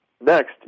Next